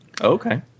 Okay